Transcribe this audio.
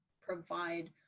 provide